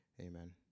amen